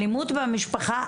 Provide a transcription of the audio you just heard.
אלימות במשפחה,